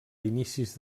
inicis